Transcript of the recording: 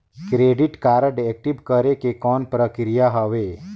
Credit card active करे के कौन प्रक्रिया हवे?